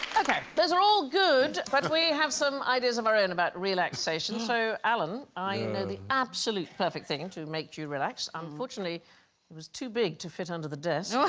okay, those are all good but we have some ideas of our own about relaxation so alan, i know the absolute perfect thing to make you relax. unfortunately. it was too big to fit under the desk